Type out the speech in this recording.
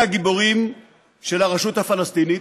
אלה הגיבורים של הרשות הפלסטינית,